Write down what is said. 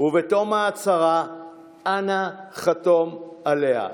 ובתום ההצהרה אנא חתום עליה.